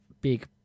big